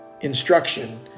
instruction